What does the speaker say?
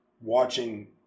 watching